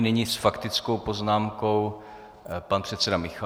Nyní s faktickou poznámkou pan předseda Michálek.